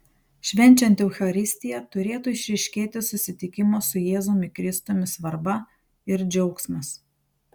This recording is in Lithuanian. švenčiant eucharistiją turėtų išryškėti susitikimo su jėzumi kristumi svarba ir džiaugsmas